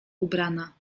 ubrana